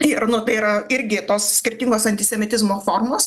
ir nu tai yra irgi tos skirtingos antisemitizmo formos